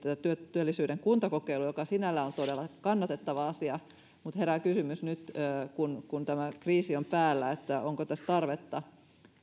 työllisyyden kuntakokeilua joka sinällään on todella kannatettava asia mutta herää kysymys nyt kun kun tämä kriisi on päällä onko tässä tarvetta